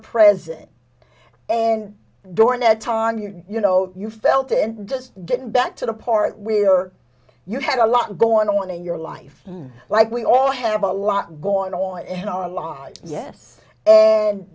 prez and during that time you you know you felt it just getting back to the part where you had a lot going on in your life like we all have a lot going on in our lives yes